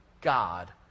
God